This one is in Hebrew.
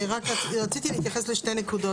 רציתי להתייחס לשתי נקודות.